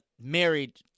Married